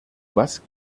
was